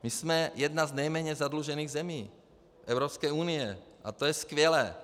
My jsme jedna z nejméně zadlužených zemí Evropské unie a to je skvělé.